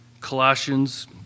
Colossians